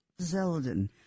Zeldin